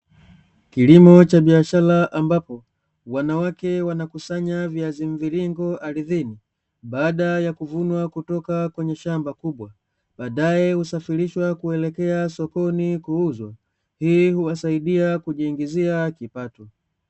Kilimo cha biashara, ambapo wanawake wanakusanya viazi mviringo ardhini baada ya kuvunwa kutoka kwenye shamba kubwa, baadaye husafirishwa kuelekea sokoni kuuzwa ili kuwasaidia kujiingizia kipato.